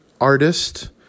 artist